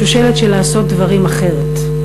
שושלת של לעשות דברים אחרת.